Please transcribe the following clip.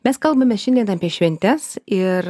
mes kalbamės šiandien apie šventes ir